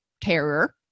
terror